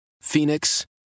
Phoenix